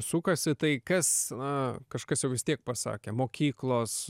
sukasi tai kas na kažkas jau vis tiek pasakė mokyklos